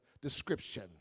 description